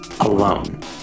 alone